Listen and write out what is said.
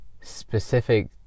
specific